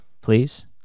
Please